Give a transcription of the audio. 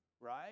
right